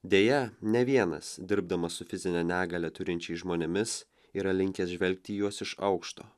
deja ne vienas dirbdamas su fizinę negalią turinčiais žmonėmis yra linkęs žvelgti į juos iš aukšto